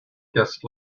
guest